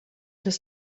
his